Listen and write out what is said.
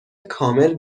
کامل